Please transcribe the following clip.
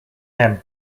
him